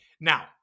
now